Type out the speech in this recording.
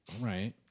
right